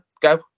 go